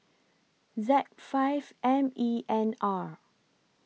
Z five M E N R